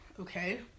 okay